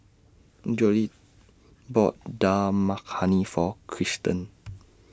Jolette bought Dal Makhani For Cristen